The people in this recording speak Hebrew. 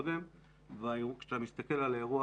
קודם וכשאתה מסתכל על האירוע,